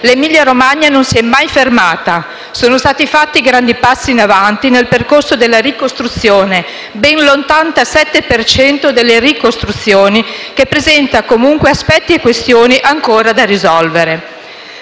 l'Emilia-Romagna non si è mai fermata. Sono stati fatti grandi passi in avanti nel percorso della ricostruzione: ben l'87 per cento delle ricostruzioni, che presenta comunque aspetti e questioni ancora da risolvere.